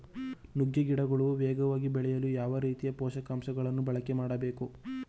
ನುಗ್ಗೆ ಗಿಡಗಳು ವೇಗವಾಗಿ ಬೆಳೆಯಲು ಯಾವ ರೀತಿಯ ಪೋಷಕಾಂಶಗಳನ್ನು ಬಳಕೆ ಮಾಡಬೇಕು?